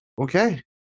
Okay